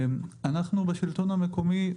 אנחנו, בשלטון המקומי,